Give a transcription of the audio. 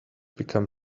become